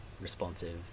responsive